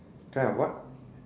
kind of what